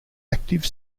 active